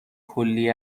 کلی